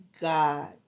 God